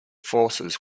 forces